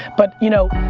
but, you know,